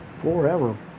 Forever